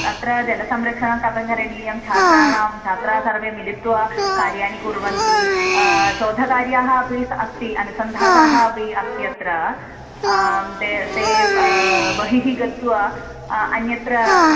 अत्र जलसंरक्षणं कथं करणीयं छात्राणां छात्राः सर्वे मिलित्वा कार्याणि कुर्वन्ति शोधकार्यम् अपि अस्ति अनुसंधातः अपि अस्ति अत्र ते ते बहिः गत्वा अन्यत्र